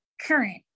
current